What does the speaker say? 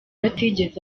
atigeze